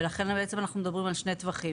ולכן בעצם אנחנו מדברים על שני טווחים.